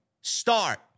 start